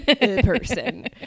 person